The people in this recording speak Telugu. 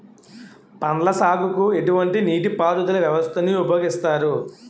పండ్ల సాగుకు ఎటువంటి నీటి పారుదల వ్యవస్థను ఉపయోగిస్తారు?